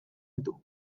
ditu